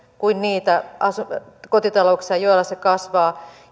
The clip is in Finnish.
kuin niitä kotitalouksia joilla se kasvaa